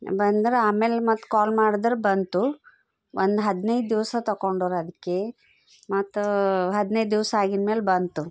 ಬಂದ್ರೆ ಆಮೇಲೆ ಮತ್ತೆ ಕಾಲ್ ಮಾಡ್ದ್ರೆ ಬಂತು ಒಂದು ಹದಿನೈದು ದಿವಸ ತೊಗೊಂಡರು ಅದಕ್ಕೆ ಮತ್ತೆ ಹದಿನೈದು ದಿವಸ ಆಗಿದ ಮೇಲೆ ಬಂತು